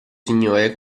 signore